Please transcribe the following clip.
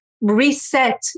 reset